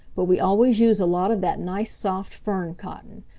but we always use a lot of that nice soft fern-cotton.